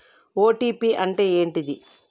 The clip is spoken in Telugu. ఓ.టీ.పి అంటే ఏంటిది?